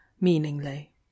meaningly